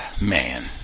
man